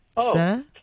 sir